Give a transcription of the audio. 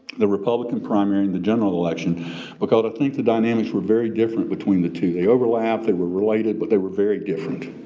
the republican primary and the general election because i think the dynamics were very different between the two. they overlap, they were related but they were very different.